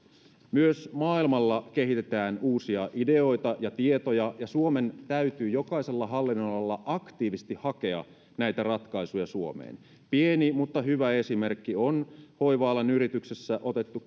myös maailmalla kehitetään uusia ideoita ja tietoja ja suomen täytyy jokaisella hallinnonalalla aktiivisesti hakea näitä ratkaisuja suomeen pieni mutta hyvä esimerkki on hoiva alan yrityksessä käyttöön otettu